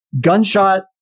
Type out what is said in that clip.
Gunshot